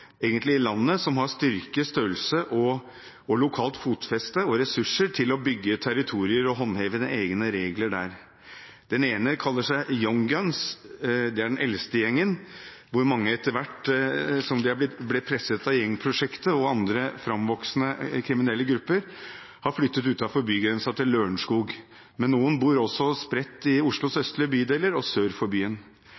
egentlig i landet, som har styrke, størrelse og lokalt fotfeste og ressurser til å bygge territorier og å håndheve sine egne regler der. Den ene kaller seg Young Guns – det er den eldste gjengen, hvor mange, etter hvert som de ble presset av gjengprosjektet og andre framvoksende kriminelle grupper, har flyttet utenfor bygrensen til Lørenskog. Men noen bor også spredt i Oslos